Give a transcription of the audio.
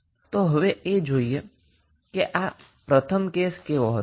તો હવે એ જોઈએ કે આ પ્રથમ કેસ કેવો હતો